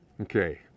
Okay